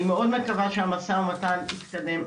אני מאוד מקווה שהמשא ומתן יתקדם.